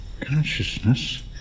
Consciousness